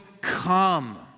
come